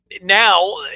now